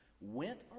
went